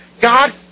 God